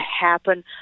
happen